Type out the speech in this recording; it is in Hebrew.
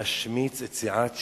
משמיץ את סיעת ש"ס,